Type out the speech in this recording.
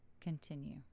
continue